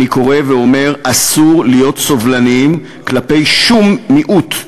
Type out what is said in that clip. אני קורא ואומר: אסור להיות סובלנים כלפי שום מיעוט,